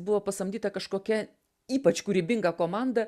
buvo pasamdyta kažkokia ypač kūrybinga komanda